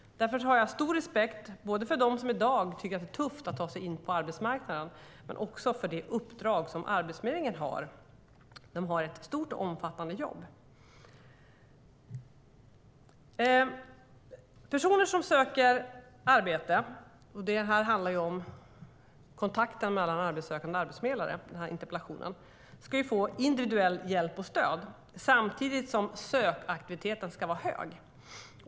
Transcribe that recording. Därför har jag stor respekt både för dem som i dag tycker att det är tufft att ta sig in på arbetsmarknaden och för det uppdrag som Arbetsförmedlingen har. De har ett stort och omfattande jobb. Personer som söker arbete - den här interpellationen handlar om kontakten mellan arbetssökande och arbetsförmedlare - ska få individuell hjälp och individuellt stöd samtidigt som sökaktiviteten ska vara hög.